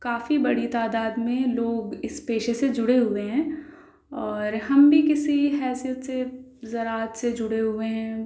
کافی بڑی تعداد میں لوگ اس پیشے سے جڑے ہوئے ہیں اور ہم بھی کسی حیثیت سے زراعت سے جڑے ہوئے ہیں